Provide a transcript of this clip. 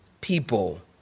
people